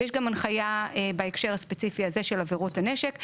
ויש גם הנחיה בהקשר הספציפי הזה של עבירות הנשק,